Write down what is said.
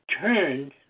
turned